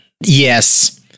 Yes